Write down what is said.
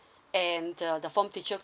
and the the form teacher